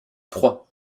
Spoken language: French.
trois